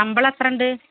ശമ്പളം എത്രയുണ്ട്